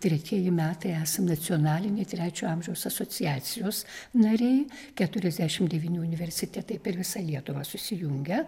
tretieji metai esam nacionalinė trečio amžiaus asociacijos nariai keturiasdešim devyni universitetai per visą lietuvą susijungę